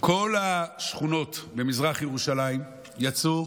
כל השכונות במזרח ירושלים יצאו,